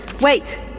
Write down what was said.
Wait